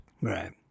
Right